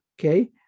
okay